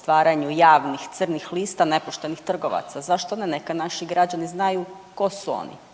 stvaranju javnih crnih lista nepoštenih trgovaca, zašto ne? Neka naši građani znaju tko su oni.